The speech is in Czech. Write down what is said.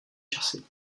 časy